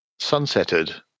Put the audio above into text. sunsetted